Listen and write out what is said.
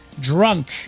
drunk